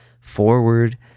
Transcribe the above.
forward